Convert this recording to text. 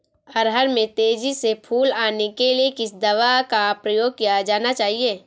अरहर में तेजी से फूल आने के लिए किस दवा का प्रयोग किया जाना चाहिए?